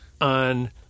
on